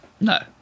No